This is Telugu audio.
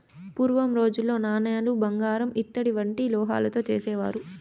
పూర్వం రోజుల్లో నాణేలు బంగారు ఇత్తడి వంటి లోహాలతో చేసేవారు